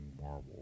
Marvel